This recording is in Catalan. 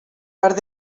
part